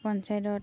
পঞ্চায়তত